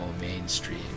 mainstream